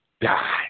die